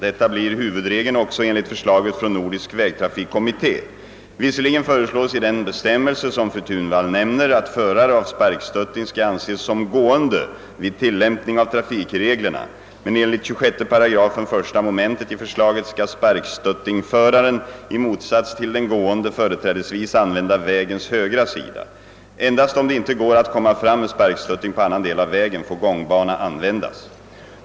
Detta blir huvudregeln också enligt förslaget från Nordisk vägtrafikkommitté. Visserligen föreslås i den bestämmelse som fru Thunvall nämner, att förare av sparkstötting skall anses som gående vid till lämpning av trafikreglerna. Men enligt 26 § 1 mom. i förslaget skall sparkstöttingsföraren, i motsats till den gående, företrädesvis använda vägens högra sida. Endast om det inte går att komma fram med sparkstötting på annan del av vägen får gångbana användas.